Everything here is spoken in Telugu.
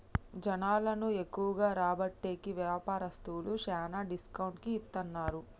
జనాలను ఎక్కువగా రాబట్టేకి వ్యాపారస్తులు శ్యానా డిస్కౌంట్ కి ఇత్తన్నారు